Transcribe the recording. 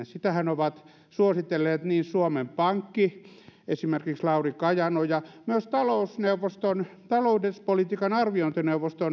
sitähän ovat suositelleet suomen pankki esimerkiksi lauri kajanoja myös itse talouspolitiikan arviointineuvosto